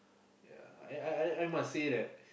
ya I I I must say that